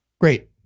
Great